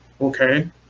okay